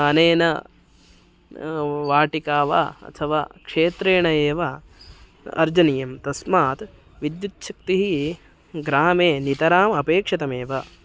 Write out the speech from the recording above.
अनेन वाटिका वा अथवा क्षेत्रेण एव अर्जनीयं तस्मात् विद्युच्छक्तिः ग्रामे नितराम् अपेक्षितमेव